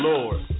Lord